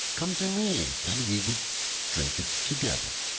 come to me and we will drink it together.